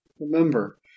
remember